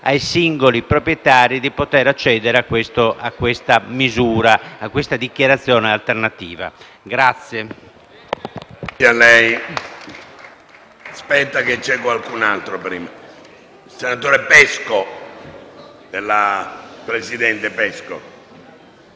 ai singoli proprietari di poter accedere a questa dichiarazione alternativa.